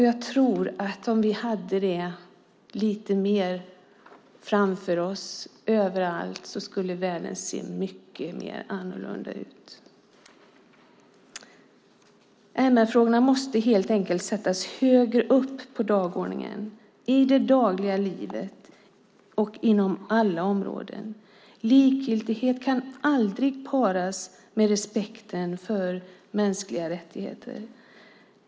Jag tror också att världen skulle se mycket annorlunda ut om vi hade detta lite mer framför oss, överallt. MR-frågorna måste helt enkelt sättas högre upp på dagordningen - i det dagliga livet och inom alla områden. Likgiltighet kan aldrig paras med respekten för mänskliga rättigheter.